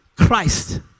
Christ